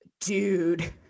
dude